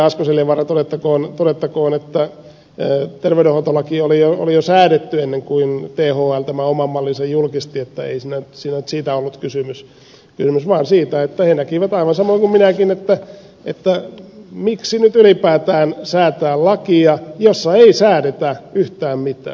asko seljavaara todettakoon että terveydenhuoltolaki oli jo säädetty ennen kuin thl tämän oman mallinsa julkisti että ei siinä siitä ollut kysymys vaan siitä että he näkivät aivan samoin kuin minäkin että miksi nyt ylipäätään säätää lakia jossa ei säädetä yhtään mitään